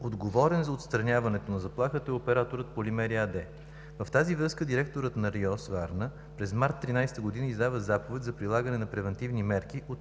Отговорен за отстраняването на заплахата е операторът „Полимери“ АД. В тази връзка директорът на РИОСВ Варна през март 2013 г. издава заповед за прилагане на превантивни мерки от